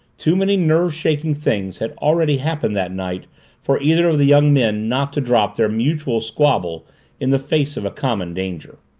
too many nerve-shaking things had already happened that night for either of the young men not to drop their mutual squabble in the face of a common danger.